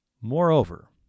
Moreover